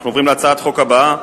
ההצבעה הסתיימה.